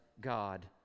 God